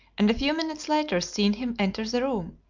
and a few minutes later seen him enter the room,